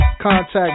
Contact